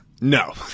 No